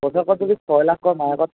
বছৰেকত যদি ছয় লাখ কৱ মাহেকত